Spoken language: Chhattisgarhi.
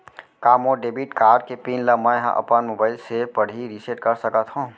का मोर डेबिट कारड के पिन ल मैं ह अपन मोबाइल से पड़ही रिसेट कर सकत हो?